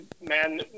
man